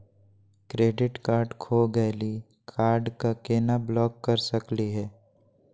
Credit card खो गैली, card क केना ब्लॉक कर सकली हे?